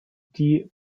die